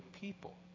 people